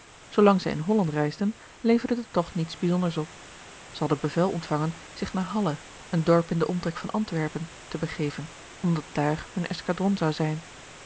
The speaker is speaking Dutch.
zoolang zij in holland reisden leverde de togt niets bijzonders op zij hadden bevel ontvangen zich naar halle een dorp in den omtrek van antwerpen te begeven omdat daar hun escadron zou zijn